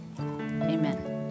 amen